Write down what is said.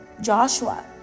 joshua